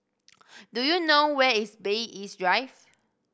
do you know where is Bay East Drive